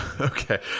Okay